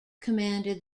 commanded